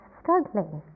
struggling